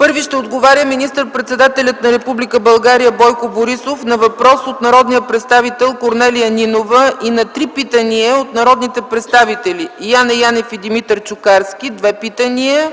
Първи ще отговаря министър-председателят на Република България Бойко Борисов на въпрос от народния представител Корнелия Нинова и на три питания от народните представители Яне Янев и Димитър Чукарски – 2 питания,